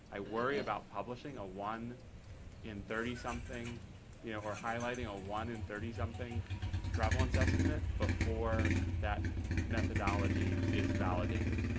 i worry about publishing a one in thirty something you know or highlighting a one in thirty something prevalence estimate before that methodology is validated.